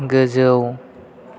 गोजौ